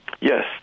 Yes